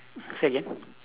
say again